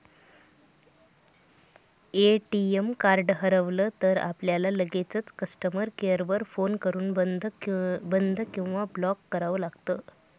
ATM card हरवलं तर, आपल्याला लगेचच कस्टमर केअर वर फोन करून बंद किंवा ब्लॉक करावं लागतं